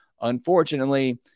Unfortunately